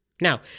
Now